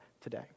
today